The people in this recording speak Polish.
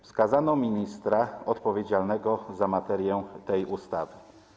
Wskazano ministra odpowiedzialnego za materię tej ustawy.